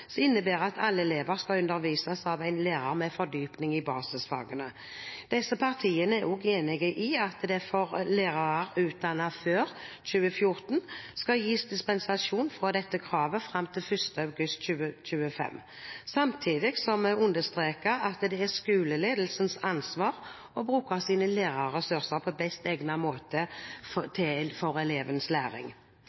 som innebærer at alle elever skal undervises av en lærer med fordypning i basisfagene. Disse partiene er også enige i at det for lærere utdannet før 2014 skal gis dispensasjon fra dette kravet fram til 1. august 2025, samtidig som vi understreker at det er skoleledelsens ansvar å bruke sine lærerressurser på best egnede måte